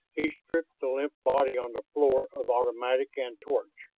he stripped the limp body on the floor of automatic and torch.